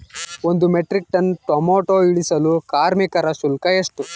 ಒಂದು metric ton tomato ಇಳಿಸಲು ಕಾರ್ಮಿಕರ ಶುಲ್ಕ ಎಷ್ಟು?